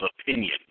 opinion